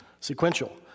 sequential